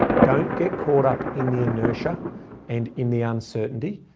don't get caught up in the inertia and in the uncertainty.